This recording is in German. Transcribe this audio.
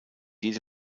jede